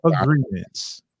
agreements